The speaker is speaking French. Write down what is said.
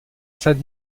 saint